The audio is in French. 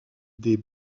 des